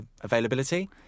availability